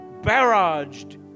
barraged